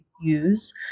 use